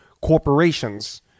corporations